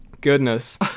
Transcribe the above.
Goodness